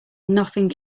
nothing